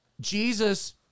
Jesus